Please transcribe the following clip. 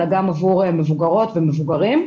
אלא גם עבור מבוגרות ומבוגרים.